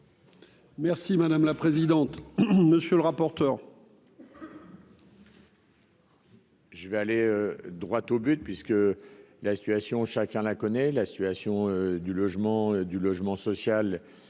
Merci madame la présidente, monsieur le rapporteur.